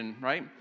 right